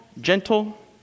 gentle